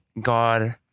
God